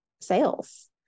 sales